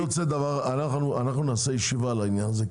אנחנו נקיים ישיבה בעניין הזה,